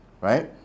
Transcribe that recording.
right